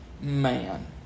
man